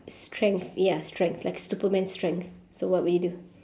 strength ya strength like superman strength so what would you do